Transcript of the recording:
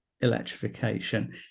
electrification